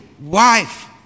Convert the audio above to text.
wife